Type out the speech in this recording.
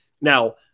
Now